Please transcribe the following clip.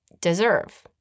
deserve